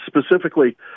specifically